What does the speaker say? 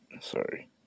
sorry